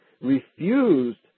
refused